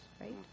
right